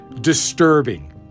disturbing